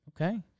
Okay